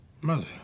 Mother